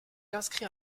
inscrit